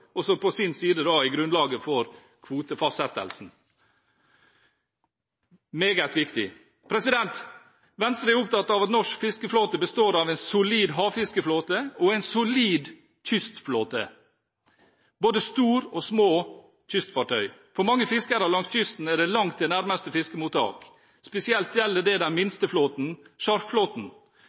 på sin side er grunnlaget for kvotefastsettelsen – meget viktig. Venstre er opptatt av at norsk fiskeflåte består av en solid havfiskeflåte og en solid kystflåte, både store og små kystfartøy. For mange fiskere langs kysten er det langt til nærmeste fiskemottak. Spesielt gjelder det den minste flåten, sjarkflåten. Derfor er